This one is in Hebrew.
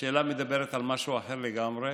השאלה מדברת על משהו אחר לגמרי.